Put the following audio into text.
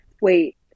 Wait